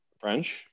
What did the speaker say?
French